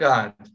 God